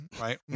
right